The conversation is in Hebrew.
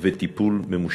וטיפול ממושכים.